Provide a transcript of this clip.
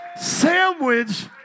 sandwich